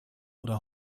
oder